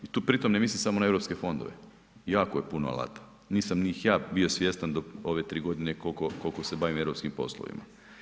I tu pritom ne mislim samo na europske fondove, jako je puno alata, nisam ni ja ih bio svjestan do ove tri godine koliko se bavim europskim poslovima.